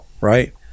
right